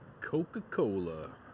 Coca-Cola